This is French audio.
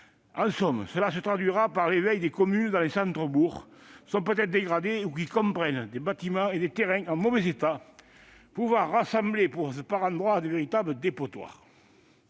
En somme, ce rééquilibrage se traduira par l'éveil des communes dont les centres-bourgs sont peut-être dégradés ou qui comprennent des bâtiments et des terrains en mauvais état, pouvant ressembler par endroits à de véritables dépotoirs.